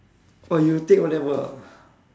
oh you take O-level ah